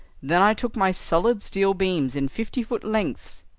then i took my solid steel beams in fifty-foot lengths,